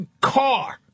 car